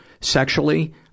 sexually